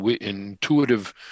intuitive